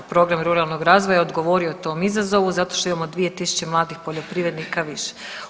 Program ruralnog razvoja odgovorio je tom izazovu zašto što imamo 2.000 mladih poljoprivrednika više.